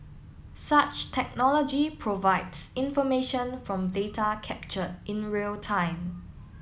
such technology provides information from data capture in real time